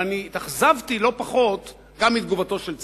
אבל אני התאכזבתי לא פחות גם מתגובתו של צה"ל.